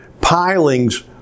pilings